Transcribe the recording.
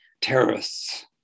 terrorists